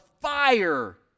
fire